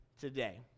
today